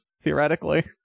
Theoretically